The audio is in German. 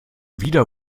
wieder